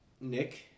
Nick